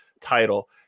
title